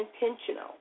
intentional